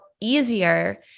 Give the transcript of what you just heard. easier